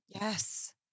Yes